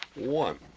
one